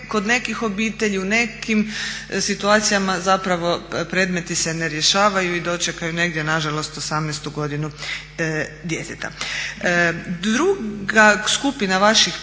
kod nekih obitelji u nekim situacijama zapravo predmeti se ne rješavaju i dočekaju negdje nažalost 18. godinu djeteta.